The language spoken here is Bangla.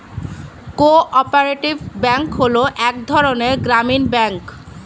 কো অপারেটিভ ব্যাঙ্ক হলো এক ধরনের গ্রামীণ ব্যাঙ্ক